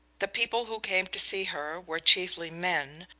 the people who came to see her were chiefly men,